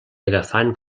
agafant